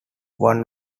one